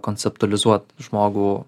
konceptualizuot žmogų